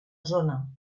zona